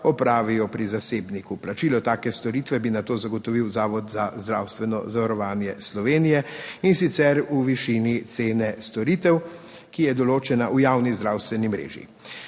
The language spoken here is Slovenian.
opravijo pri zasebniku. Plačilo take storitve bi nato zagotovil Zavod za zdravstveno zavarovanje Slovenije, in sicer v višini cene storitev, ki je določena v javni zdravstveni mreži.